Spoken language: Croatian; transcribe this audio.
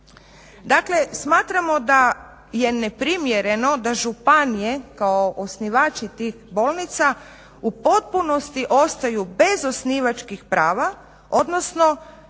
Dakle, smatramo da je neprimjereno da županije kao osnivači tih bolnica u potpunosti ostaju bez osnivačkih prava, odnosno